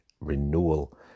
renewal